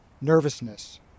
nervousness